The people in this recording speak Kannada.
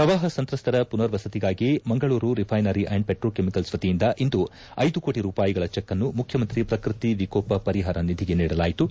ಪ್ರವಾಪ ಸಂತ್ರಸ್ತರ ಪುನರ್ವಸತಿಗಾಗಿ Mangaluru refinery and petrochemicals ವತಿಯಿಂದ ಇಂದು ಐದು ಕೋಟಿ ರೂಪಾಯಿಗಳ ಚೆಕ್ ನ್ನು ಮುಖ್ಯಮಂತ್ರಿ ಪ್ರಕೃತಿ ವಿಕೋಪ ಪರಿಹಾರ ನಿಧಿಗೆ ನೀಡಲಾಯಿತು